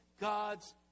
God's